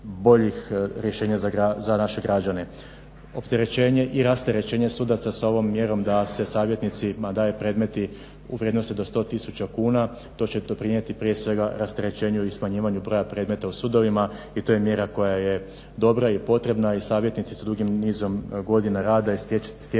boljih rješenja za naše građane. Opterećenje i rasterećenje sudaca sa ovom mjerom da se savjetnicima daju predmeti u vrijednosti do 100000 kuna to će doprinijeti prije svega rasterećenju i smanjivanju broja predmeta u sudovima i to je mjera koja je dobra i potrebna i savjetnici su dugim nizom godina rada i stjecanjem